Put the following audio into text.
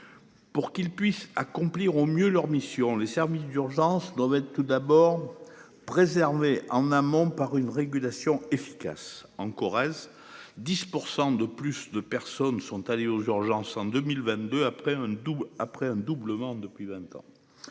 Pour qu'ils puissent accomplir au mieux leur mission. Les services d'urgence doivent être tout d'abord préserver en amont par une régulation efficace en Corrèze. 10% de plus de personnes sont allées aux urgences en 2022 après un doux après un doublement depuis 20 ans.